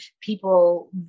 people